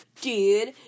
Dude